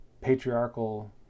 patriarchal